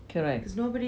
correct